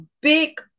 big